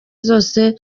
zose